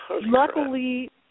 Luckily